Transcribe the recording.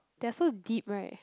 they're so deep right